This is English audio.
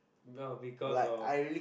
well because of